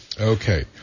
Okay